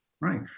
Right